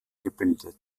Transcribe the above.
gebildet